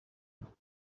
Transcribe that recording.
you